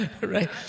Right